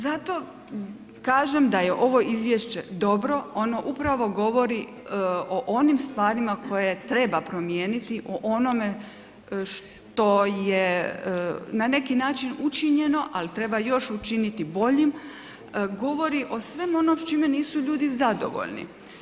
Zato kažem da je ovo izvješće dobro, ono upravo govori o onim stvarima koje treba promijeniti, o onome što je na neki način učinjeno, ali treba još učiniti boljim, govori o svemu onom s čime nisu ljudi zadovoljni.